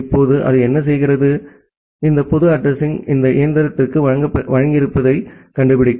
இப்போது அது என்ன செய்கிறது இந்த பொது அட்ரஸிங் இந்த இயந்திரத்திற்கு வழங்கியிருப்பதைக் கண்டுபிடிக்கும்